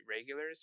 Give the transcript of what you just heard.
regulars